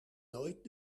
nooit